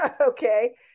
okay